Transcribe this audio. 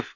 F